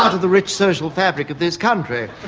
of the rich social fabric of this country.